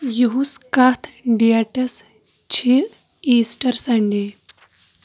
یِہُس کتھ ڈیٹس چھِ ایٖسٹر سنٛڈیٚے